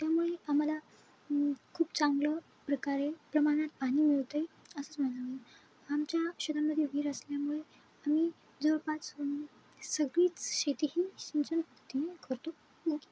त्यामुळे आम्हाला खूप चांगलं प्रकारे प्रमाणात पाणी मिळतं असंच माझं मि आमच्या शतामध्ये विहीर असल्यामुळे आम्ही जवळपास सगळीच शेती ही सिंचनपद्धतीने करतो